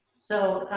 so,